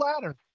Ladder